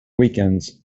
weekends